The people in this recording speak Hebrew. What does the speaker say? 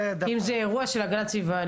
אם זה אירוע של הגנת הסביבה,